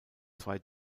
zwei